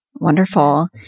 Wonderful